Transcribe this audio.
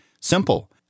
Simple